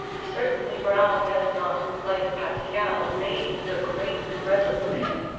certainly browne has not, like pascal, made the great resolution,